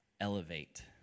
elevate